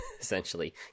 essentially